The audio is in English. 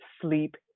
sleep